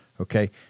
Okay